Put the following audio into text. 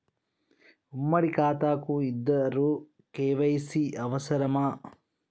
ఉమ్మడి ఖాతా కు ఇద్దరు కే.వై.సీ అవసరమా?